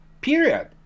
period